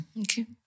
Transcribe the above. Okay